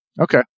Okay